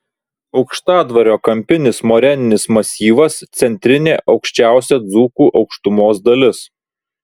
aukštadvario kampinis moreninis masyvas centrinė aukščiausia dzūkų aukštumos dalis